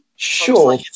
Sure